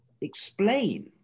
explain